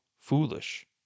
foolish